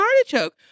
artichoke